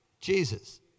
Jesus